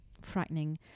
frightening